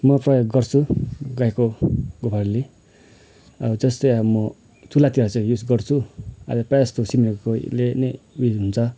म प्रयोग गर्छु गाईको गोबरले जस्तै अब म चुलातिर चाहिँ युज गर्छु आज प्राय जस्तो सिम्लिहरूकोले नै उयो हुन्छ